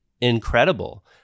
incredible